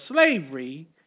slavery